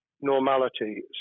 normality